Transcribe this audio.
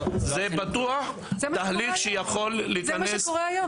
זה בטוח תהליך שקורה היום,